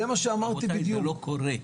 רבותי זה לא קורה.